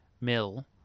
mill